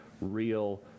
real